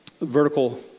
vertical